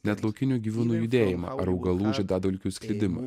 net laukinių gyvūnų judėjimą ar augalų žiedadulkių sklidimą